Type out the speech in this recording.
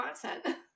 content